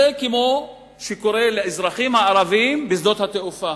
זה כמו שקורה לאזרחים הערבים בשדות התעופה.